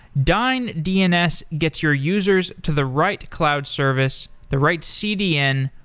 dyn dns gets your users to the right cloud service, the right cdn,